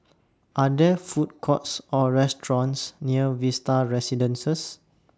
Are There Food Courts Or restaurants near Vista Residences